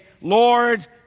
Lord